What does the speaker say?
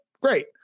Great